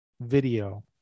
video